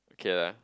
okay lah